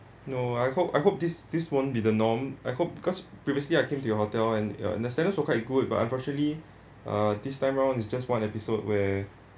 no I hope I hope this this won't be the norm I hope because previously I came to your hotel and uh your standard also quite good but unfortunately uh this time round is just one episode where